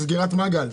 זו סגירת מעגל.